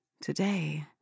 Today